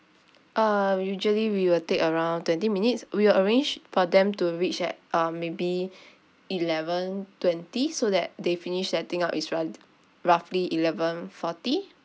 uh usually we will take around twenty minutes we will arrange for them to reach at uh maybe eleven twenty so that they finish setting up is rou~ roughly eleven forty